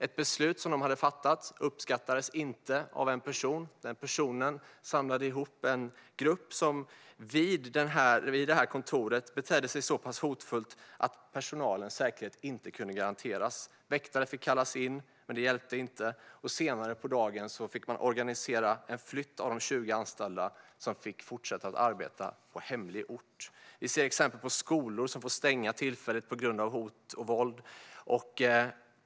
Ett beslut som de hade fattat uppskattades inte av en person. Den personen samlade ihop en grupp som vid detta kontor betedde sig så pass hotfullt att personalens säkerhet inte kunde garanteras. Väktare fick kallas in, men det hjälpte inte. Senare på dagen fick man organisera en flytt av de 20 anställda, som fick fortsätta att arbeta på hemlig ort. Vi ser exempel på skolor som får stänga tillfälligt på grund av hot och våld.